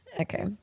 okay